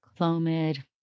Clomid